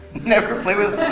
never play with